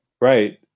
right